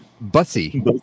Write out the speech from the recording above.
bussy